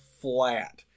flat